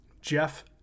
Jeff